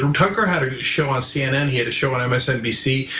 um tucker had a show on cnn, he had a show on msnbc,